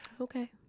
Okay